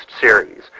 series